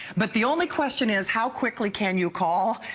but the only question is how quickly can you call?